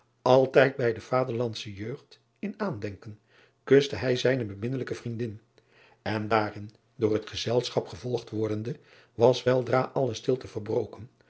altijd bij de vaderlandsche jeugd in aandenken kuste hij zijne beminnelijke vriendin en daarin door het gezelschap gevolgd wordende was weldra alle stilte verbroken